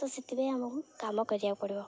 ତ ସେଥିପାଇଁ ଆମକୁ କାମ କରିବାକୁ ପଡ଼ିବ